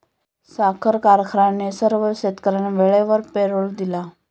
साखर कारखान्याने सर्व शेतकर्यांना वेळेवर पेरोल दिला